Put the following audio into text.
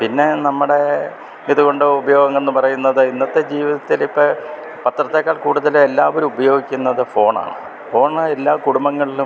പിന്നെ നമ്മുടെ ഇത്കൊണ്ട് ഉപയോഗം എന്ന് പറയുന്നത് ഇന്നത്തെ ജീവിതത്തിൽ ഇപ്പോൾ പത്രത്തേക്കാൾ കൂടുതൽ എല്ലാവരും ഉപയോഗിക്കുന്നത് ഫോണാണ് ഫോണ് എല്ലാ കുടുംബങ്ങളിലും